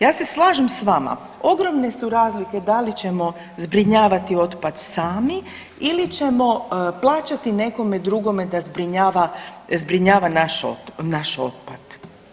Ja se slažem s vama, ogromne su razlike da li ćemo zbrinjavati otpad sami ili ćemo plaćati nekome drugome da zbrinjava naš otpad.